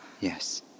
Yes